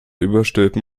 überstülpen